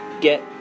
get